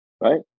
right